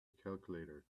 calculator